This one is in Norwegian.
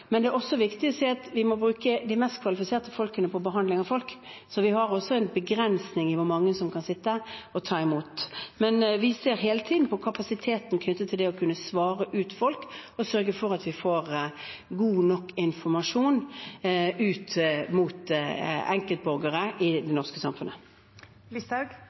Det er også viktig å si at vi må bruke de mest kvalifiserte folkene på behandling av folk, så vi har også en begrensning på hvor mange som kan sitte og ta imot. Men vi ser hele tiden på kapasiteten knyttet til det å kunne svare ut folk og sørge for at vi får god nok informasjon ut mot enkeltborgere i